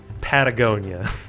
Patagonia